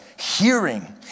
hearing